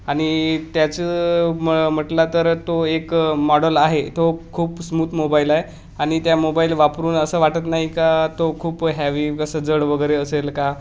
आणि त्याचं म म्हटला तर तो एक मॉडल आहे तो खूप स्मूथ मोबाईल आहे आणि त्या मोबाईल वापरून असं वाटत नाही का तो खूप हॅवी कसं जड वगैरे असेल का